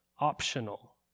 optional